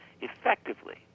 Effectively